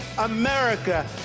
America